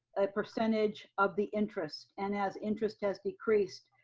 a percentage of the interest and as interest has decreased,